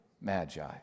magi